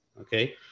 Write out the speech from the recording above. okay